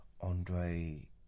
Andre